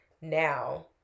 now